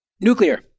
Nuclear